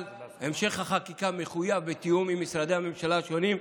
אבל המשך החקיקה מחויב בתיאום עם משרדי הממשלה השונים,